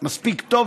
מספיק טוב,